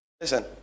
Listen